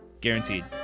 Guaranteed